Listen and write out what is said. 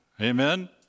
amen